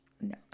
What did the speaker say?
No